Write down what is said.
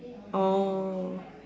oh